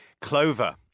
clover